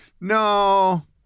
no